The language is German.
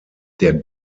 der